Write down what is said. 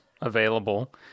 available